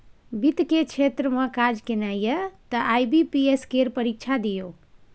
वित्त केर क्षेत्र मे काज केनाइ यै तए आई.बी.पी.एस केर परीक्षा दियौ